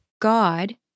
God